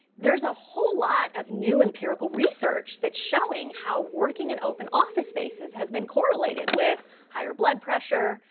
there is a whole lot of new empirical research that's showing how working in open office spaces has been correlated with higher blood pressure,